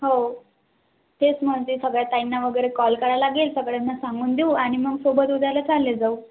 हो तेच म्हणते सगळ्या ताईंना वगैरे कॉल कराय लागेल सगळ्यांना सांगून देऊ आणि मग सोबत उद्याला चालेल जाऊ